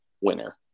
winner